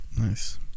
Nice